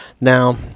Now